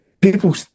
people